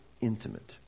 intimate